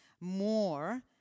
more